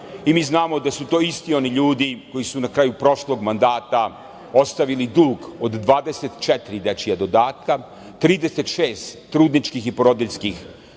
Mi znamo da su to isti oni ljudi koji su na kraju prošlog mandata ostavili dug od 24 dečja dodatka, 36 trudničkih i porodiljskih dodataka